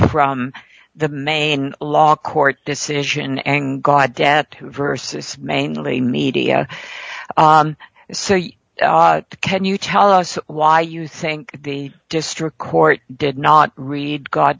from the main law court decision angola debt versus mainly media so you can you tell us why you think the district court did not read